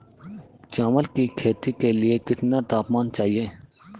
चावल की खेती के लिए कितना तापमान चाहिए?